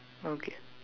okay